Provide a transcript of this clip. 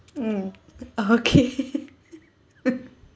mm okay